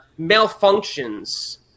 malfunctions